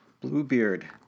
Bluebeard